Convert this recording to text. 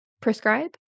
prescribe